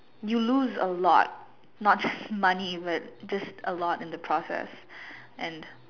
you lose a lot not just money even just a lot in the process and